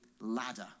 ladder